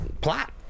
plot